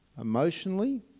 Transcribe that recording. emotionally